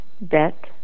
Bet